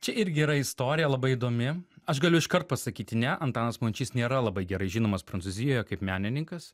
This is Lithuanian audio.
čia irgi yra istorija labai įdomi aš galiu iškart pasakyti ne antanas mončys nėra labai gerai žinomas prancūzijoje kaip menininkas